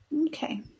Okay